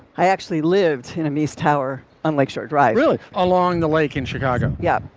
i actually lived enemys tower on lake shore drive, really along the lake in chicago. yeah,